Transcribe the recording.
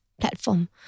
platform